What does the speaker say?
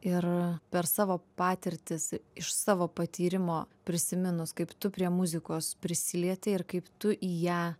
ir per savo patirtis iš savo patyrimo prisiminus kaip tu prie muzikos prisilietei ir kaip tu į ją